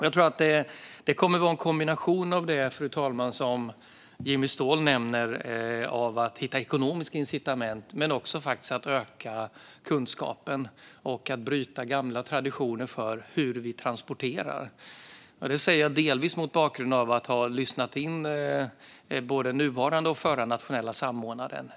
Jag tror att det kommer att vara en kombination, fru talman, av det som Jimmy Ståhl nämner, att hitta ekonomiska incitament, och att öka kunskapen och bryta gamla traditioner för hur vi transporterar. Det säger jag delvis mot bakgrund av att ha lyssnat in både den nuvarande och den förra nationella samordnaren.